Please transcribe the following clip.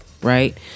Right